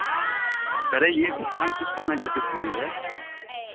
कह रहे ये घटना किस समय घटित हुई है